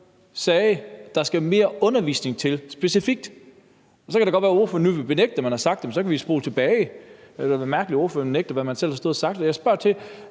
sagde, at der specifikt skal mere undervisning til. Så kan det godt være, at ordføreren nu vil benægte, at hun har sagt det, men så kan vi spole tilbage; det ville da være mærkeligt, at ordføreren nægter, hvad hun selv har stået og sagt.